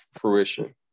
fruition